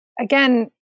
again